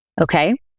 Okay